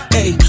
Hey